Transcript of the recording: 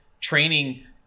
training